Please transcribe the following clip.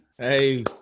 hey